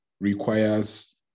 requires